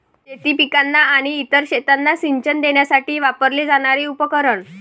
शेती पिकांना आणि इतर शेतांना सिंचन देण्यासाठी वापरले जाणारे उपकरण